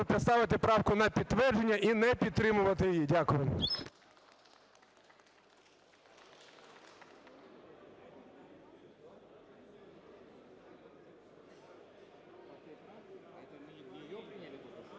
поставити правку на підтвердження і не підтримувати її. Дякую.